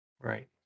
right